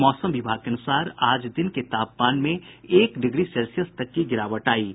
मौसम विभाग के अनुसार आज दिन के तापमान में एक डिग्री सेल्सियस तक की गिरावट आयी है